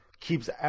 keeps